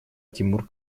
тимур